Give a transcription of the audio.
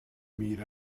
meet